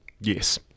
Yes